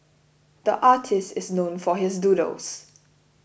the artist is known for his doodles